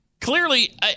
Clearly